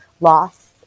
loss